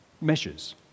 measures